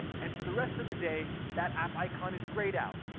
and, for the rest of the day, that app icon is grayed out,